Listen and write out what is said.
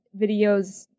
videos